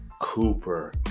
Cooper